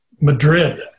Madrid